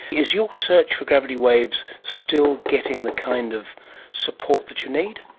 is your search for gravity waves still getting the kind of support that you need?